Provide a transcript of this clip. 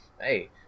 hey